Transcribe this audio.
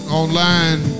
online